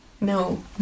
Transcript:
No